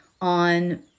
on